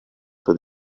sua